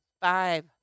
Five